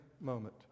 moment